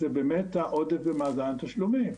הוא באמת העודף במאזן התשלומים.